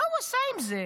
מה הוא עשה עם זה?